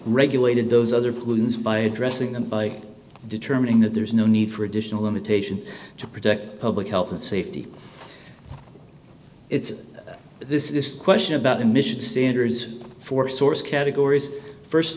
regulated those other pollutants by addressing them by determining that there is no need for additional limitation to protect public health and safety it's this is this question about emission standards for source categories st of